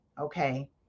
Okay